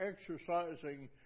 exercising